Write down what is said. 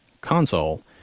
console